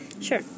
Sure